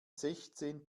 sechzehn